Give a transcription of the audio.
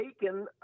taken